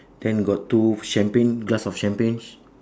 then got two champagne glass of champagnes